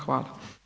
Hvala.